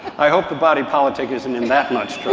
i hope the body politic isn't in that much